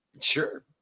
sure